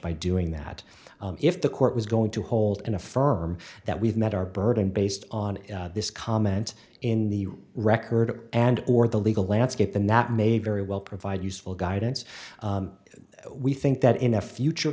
by doing that if the court was going to hold in a firm that we've met our burden based on this comment in the record and or the legal landscape then that may very well provide useful guidance we think that in a future